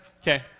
Okay